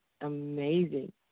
amazing